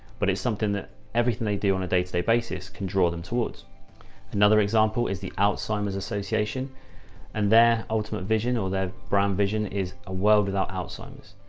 but it's something that everything they do on a day-to-day basis can draw them towards another example is the alzheimer's association and their ultimate vision or their brand vision is a world without alzheimer's.